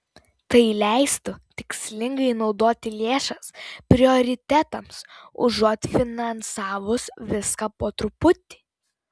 tai leistų tikslingai naudoti lėšas prioritetams užuot finansavus viską po truputį